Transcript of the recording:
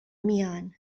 میان